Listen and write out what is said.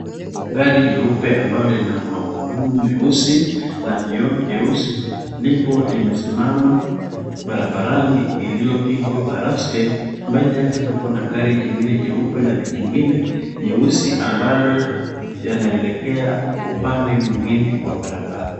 Gari jeupe ambalo lina magurudumu meusi na vioo vyeusi, lipo limesimama barabarani iliyopigwa baraste. Mbele yake kuna gari jingine jeupe na jingine jeusi ambalo yanaelekea upande mwingine wa barabara.